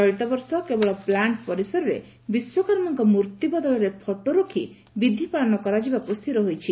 ଚଳିତବର୍ଷ କେବଳ ପ୍ନାଙ୍କ ପରିସରରେ ବିଶ୍ୱକର୍ମାଙ୍କ ମୂର୍ତି ବଦଳରେ ଫଟୋ ରଖି ବିଧି ପାଳନ କରାଯିବାକୁ ସ୍ପିର ହୋଇଛି